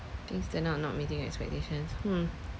things turn out not meeting your expectations hmm